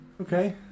Okay